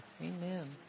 amen